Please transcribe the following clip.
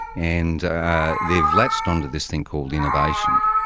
and ah they've latched onto this thing called innovation.